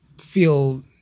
feel